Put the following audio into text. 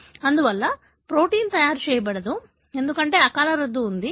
అందువల్ల ప్రోటీన్ తయారు చేయబడదు ఎందుకంటే అకాల రద్దు ఉంది